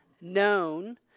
known